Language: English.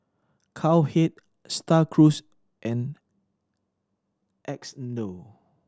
Cowhead Star Cruise and Xndo